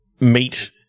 meet